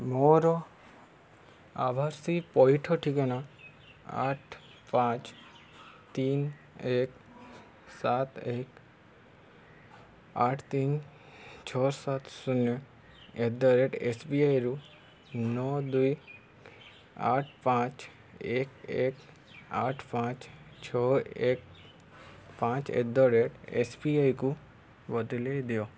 ମୋର ଆଭାସୀ ପଇଠ ଠିକଣା ଆଠ ପାଞ୍ଚ ତିନି ଏକ ସାତ ଏକ ଆଠ ତିନି ଛଅ ସାତ ଶୂନ ଆଟ୍ ଦ ରେଟ୍ ଏସ୍ବିଆଇରୁ ନଅ ଦୁଇ ଆଠ ପାଞ୍ଚ ଏକ ଏକ ଆଠ ପାଞ୍ଚ ଛଅ ଏକ ପାଞ୍ଚ ଆଟ୍ ଦ ରେଟ୍ ଏସ୍ବିଆଇକୁ ବଦଲାଇ ଦିଅ